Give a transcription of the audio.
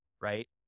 right